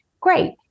Great